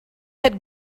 had